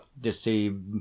deceive